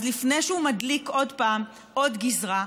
אז לפני שהוא מדליק עוד פעם עוד גזרה,